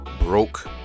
broke